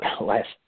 last